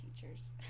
teachers